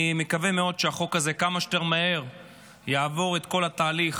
אני מקווה מאוד שהחוק הזה יעבור כמה שיותר מהר את כל התהליך